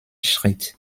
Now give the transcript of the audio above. schritt